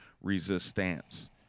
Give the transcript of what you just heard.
Resistance